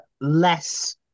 less